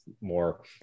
more